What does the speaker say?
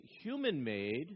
human-made